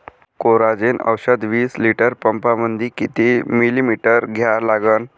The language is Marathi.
कोराजेन औषध विस लिटर पंपामंदी किती मिलीमिटर घ्या लागन?